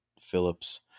Phillips